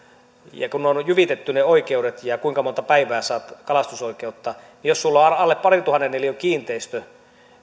kun ne oikeudet on jyvitetty niin kuinka monta päivää saat kalastusoikeutta jos sinulla on alle parin tuhannen euron kiinteistö